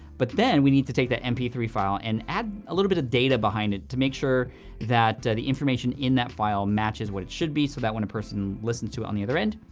but then we need to take the m p three file and add a little bit of data behind it to make sure that the information in that file matches what it should be so that when a person listens to it on the other end,